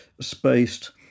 spaced